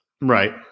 Right